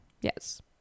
Yes